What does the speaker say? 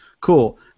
Cool